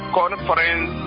conference